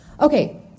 Okay